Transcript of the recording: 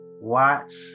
watch